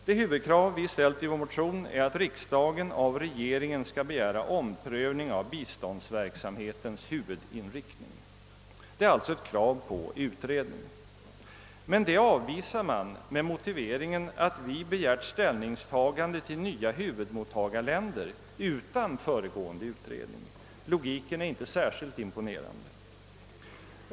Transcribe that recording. Det huvudkrav vi ställt i vår motion är att riksdagen av regeringen skall begära omprövning av biståndsverksamhetens huvudinriktning. Det är alltså ett krav på utredning. Men det avvisar man med motiveringen att vi begärt ställningstagande till nya huvudmottagarländer utan föregående utredning! Logiken är inte särskilt imponerande.